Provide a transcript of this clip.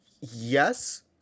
Yes